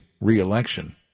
reelection